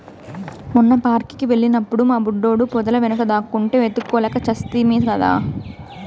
మొన్న పార్క్ కి వెళ్ళినప్పుడు మా బుడ్డోడు పొదల వెనుక దాక్కుంటే వెతుక్కోలేక చస్తిమి కదా